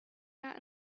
got